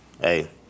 hey